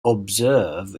obverse